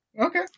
Okay